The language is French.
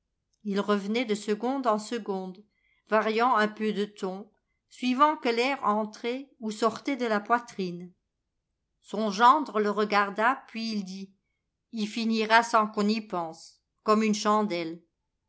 ii revenait de seconde en seconde variant un peu de ton suivant que l'air entrait ou sortait de la poitrine son gendre le regarda puis il dit i finira sans qu'on y pense comme une chandelle